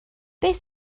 beth